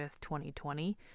2020